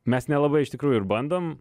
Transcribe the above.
mes nelabai iš tikrųjų ir bandom